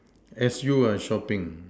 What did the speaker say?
as you are shopping